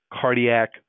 cardiac